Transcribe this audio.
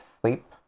sleep